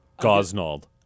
Gosnold